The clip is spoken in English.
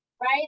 Right